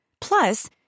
Plus